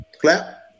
Clap